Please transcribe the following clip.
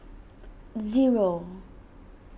zero